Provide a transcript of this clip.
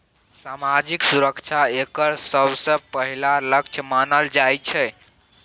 सामाजिक सुरक्षा एकर सबसँ पहिल लक्ष्य मानल जाइत छै